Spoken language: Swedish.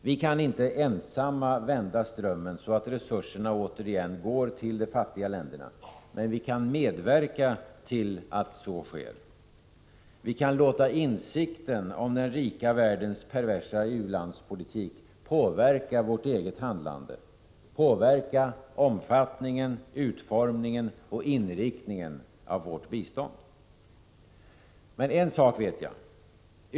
Vi kan inte ensamma vända strömmen så att resurserna återigen går till de fattiga länderna, men vi kan medverka till att så sker. Vi kan låta insikten om den rika världens perversa u-landspolitik påverka vårt eget handlande — påverka omfattningen, utformningen och inriktningen av vårt bistånd. En sak vet jag.